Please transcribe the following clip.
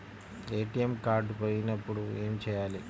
ATM card పోయినప్పుడు ఏమి చేయాలి?